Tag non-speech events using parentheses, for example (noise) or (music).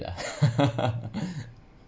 ya (laughs)